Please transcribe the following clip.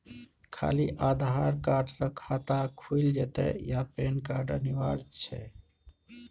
खाली आधार कार्ड स खाता खुईल जेतै या पेन कार्ड अनिवार्य छै?